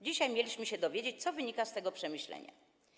Dzisiaj mieliśmy się dowiedzieć, co wynikło z tego przemyślenia.